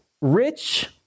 rich